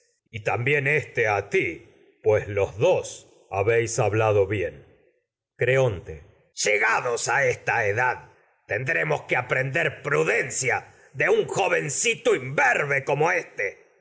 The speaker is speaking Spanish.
y también éste ti pues los dos habéis hablado bien creonte llegados a esta edad tendremos que aprender prudencia de hemón no en un jovencito imberbe como éste